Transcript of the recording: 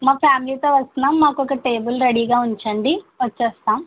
మా ఫ్యామిలీతో వస్తున్నాం మాకు ఒక టేబుల్ రెడీగా ఉంచండి వచ్చేస్తాం